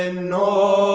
and no